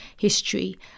history